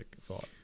thought